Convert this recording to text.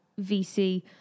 VC